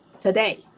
today